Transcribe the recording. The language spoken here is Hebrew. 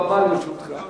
הבמה לרשותך.